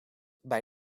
bij